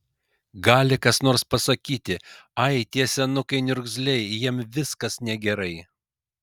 gali kas nors pasakyti ai tie senukai niurzgliai jiems viskas negerai